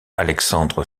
alexandre